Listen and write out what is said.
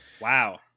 Wow